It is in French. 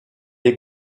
est